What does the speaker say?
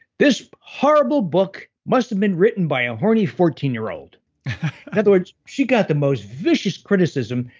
this horrible book must have been written by a horny fourteen year old. in other words, she got the most vicious criticism,